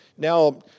Now